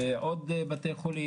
ובבתי חולים נוספים.